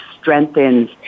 strengthens